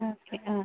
ആ ആ